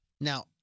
Now